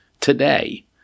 today